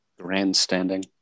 Grandstanding